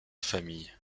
famille